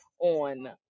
on